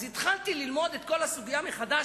אז התחלתי ללמוד את כל הסוגיה מחדש,